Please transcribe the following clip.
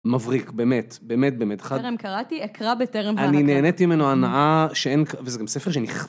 מבריק, באמת, באמת, באמת. תרם קראתי, אקרא בתרם... אני נהנית ממנו הנאה שאין... וזה גם ספר שנכתב.